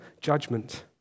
judgment